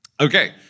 Okay